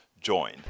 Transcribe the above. join